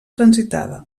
transitada